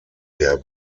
der